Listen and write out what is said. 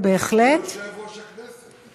הוא סגן יושב-ראש הכנסת.